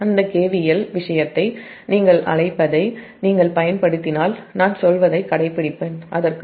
அந்த KVL விஷயத்தை நீங்கள் அழைப்பதை நீங்கள் பயன்படுத்தினால் நான் சொல்வதைக் கண்டுபிடிக்கு முடியும்